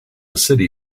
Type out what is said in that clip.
city